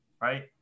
right